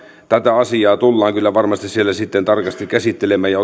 tätä asiaa tullaan kyllä varmasti siellä sitten tarkasti käsittelemään ja